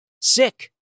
Sick